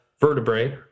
vertebrae